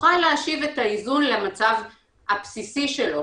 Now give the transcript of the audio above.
נוכל להשיב את האיזון למצב הבסיסי שלו,